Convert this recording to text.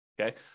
okay